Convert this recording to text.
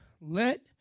Let